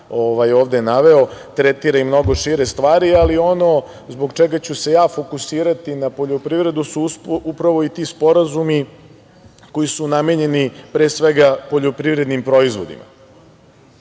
ovde naveo, tretira i mnogo šire stvari, ali ono zbog čega ću se ja fokusirati na poljoprivredu su upravo i ti sporazumi koji su namenjeni pre svega poljoprivrednim proizvodima. Nekada